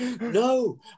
no